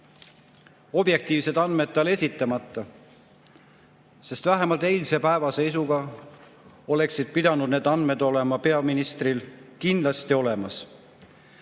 objektiivsed andmed talle esitamata, sest vähemalt eilse päeva seisuga oleksid pidanud need andmed olema peaministril kindlasti olemas.